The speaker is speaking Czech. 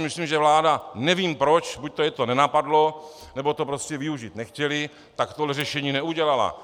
Myslím si, že vláda, nevím proč, buďto ji to nenapadlo, nebo to prostě využít nechtěli, tak tohle řešení neudělala.